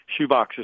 shoeboxes